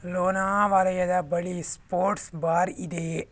ಲೋನಾವಲಯದ ಬಳಿ sports bar ಇದೆಯೇ